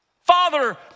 Father